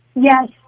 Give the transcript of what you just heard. Yes